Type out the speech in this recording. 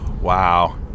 wow